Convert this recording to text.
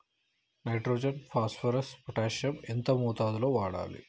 Nitrogen phosphorus potassium ఎంత మోతాదు లో వాడాలి?